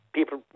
People